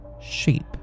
shape